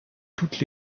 toutes